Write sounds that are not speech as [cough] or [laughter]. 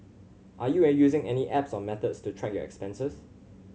are you [unintelligible] using any apps or methods to track your expenses